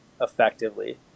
effectively